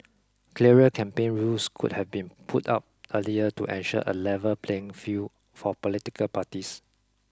clearer campaign rules could have been put out earlier to ensure a level playing field for political parties